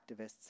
activists